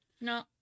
no